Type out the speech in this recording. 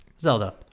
Zelda